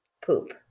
poop